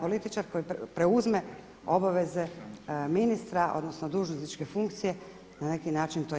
političar koji preuzme obaveze ministra odnosno dužnosničke funkcije na neki način to ima.